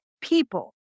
people